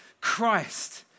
Christ